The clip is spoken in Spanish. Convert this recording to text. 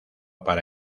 para